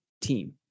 team